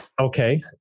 Okay